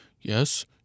yes